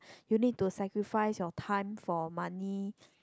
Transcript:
you need to sacrifice your time for money